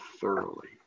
thoroughly